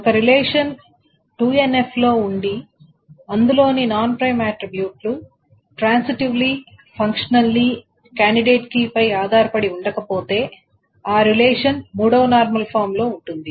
ఒక relation 2NF లో ఉండి అందులోని నాన్ ప్రైమ్ ఆట్రిబ్యూట్ లు ట్రాన్సిటివ్లీ ఫంక్షనల్లీ కాండిడేట్ కీ పై ఆధారపడి ఉండకపోతే ఆ రిలేషన్ 3వ నార్మల్ ఫామ్ లో ఉంటుంది